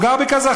הוא גר בקזחסטן,